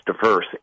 diverse